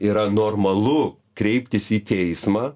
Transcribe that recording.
yra normalu kreiptis į teismą